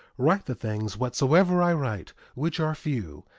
write the things whatsoever i write, which are few,